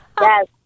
Yes